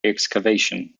excavation